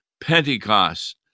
Pentecost